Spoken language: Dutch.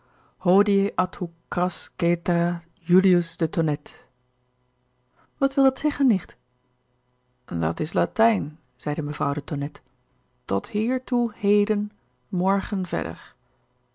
julius de tonnette wat wil dat zeggen nicht dat is latijn zeide mevrouw de tonette tot hiertoe heden morgen verder